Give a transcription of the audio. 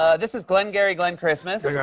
ah this is glengarry glen christmas. yeah